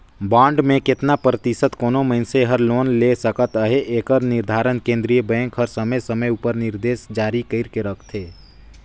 bond में केतना परतिसत कोनो मइनसे हर लोन ले सकत अहे एकर निरधारन केन्द्रीय बेंक हर समे समे उपर निरदेस जारी कइर के रखथे